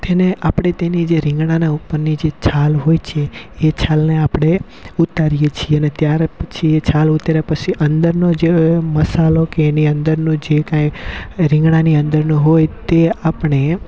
તેને આપણે તેની જે રીંગણાંના ઉપરની જે છાલ હોય છે એ છાલને આપણે ઉતારીએ છીએ અને ત્યાર પછી એ છાલ ઉતાર્યા પછી અંદરનો જે મસાલો કે એની અંદરનું જે કાંઇ રીંગણાની અંદરનું હોય તે આપણે